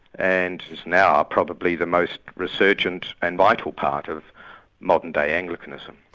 and is now probably the most resurgent and vital part of modern-day anglicanism.